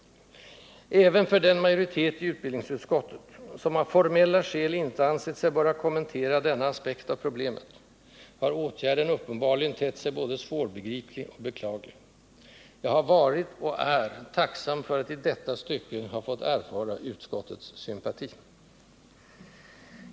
Även för den majoritet i utbildningsutskottet, som av formella skäl inte ansett sig böra kommentera denna aspekt av problemet, har åtgärden uppenbarligen tett sig både svårbegriplig och beklaglig. Jag har varit, och är, tacksam för att i detta stycke ha fått erfara utskottets sympati.